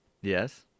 Yes